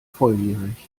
volljährig